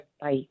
Bye